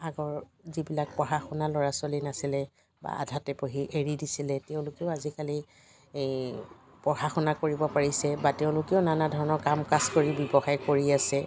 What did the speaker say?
আগৰ যিবিলাক পঢ়া শুনা ল'ৰা ছোৱালী নাছিলে বা আধাতে পঢ়ি এৰি দিছিলে তেওঁলোকেও আজিকালি পঢ়া শুনা কৰিব পাৰিছে বা তেওঁলোকেও নানা ধৰণৰ কাম কাজ কৰি ব্যৱসায় কৰি আছে